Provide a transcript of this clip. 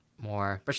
more